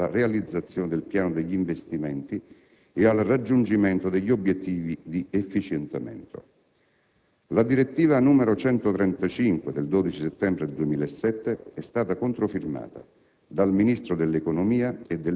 con particolare riferimento alla realizzazione del piano degli investimenti e al raggiungimento degli obiettivi di "efficientamento". La direttiva n. 135/T del 12 settembre 2007 è stata controfirmata